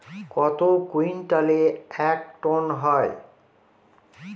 কত কুইন্টালে এক টন হয়?